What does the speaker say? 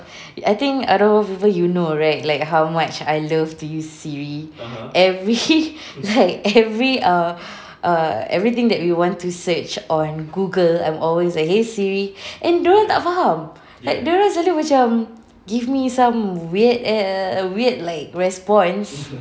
I think out of all the people you know right like how much I love to use SIRI every like every err err everything that we want to search on google I'm always hey SIRI and dorang tak faham like dorang selalu macam give me some weird err weird like response